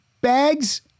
bags